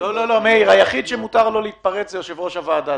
היחיד שמותר לו להתפרץ זה יושב-ראש הוועדה.